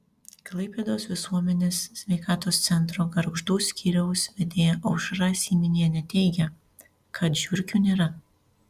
klaipėdos visuomenės sveikatos centro gargždų skyriaus vedėja aušra syminienė teigia kad žiurkių nėra